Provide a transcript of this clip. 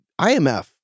IMF